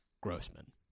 Grossman